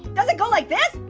does it go like this?